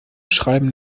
schreiben